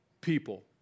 people